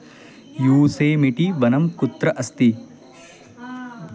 Yosemite वनं कुत्र अस्ति